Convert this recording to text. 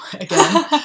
again